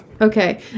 Okay